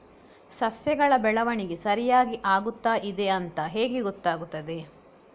ಸಸ್ಯಗಳ ಬೆಳವಣಿಗೆ ಸರಿಯಾಗಿ ಆಗುತ್ತಾ ಇದೆ ಅಂತ ಹೇಗೆ ಗೊತ್ತಾಗುತ್ತದೆ?